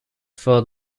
for